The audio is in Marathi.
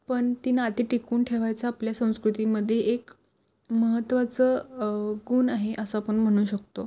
पण ती नाती टिकून ठेवायचा आपल्या संस्कृतीमध्ये एक महत्त्वाचं गुण आहे असं आपण म्हणू शकतो